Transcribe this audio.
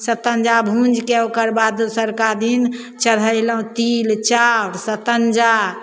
सतञ्जा भुँजिके ओकरबाद दोसरका दिन चढ़ेलहुँ तिल चाउर सतञ्जा